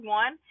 one